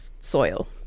soil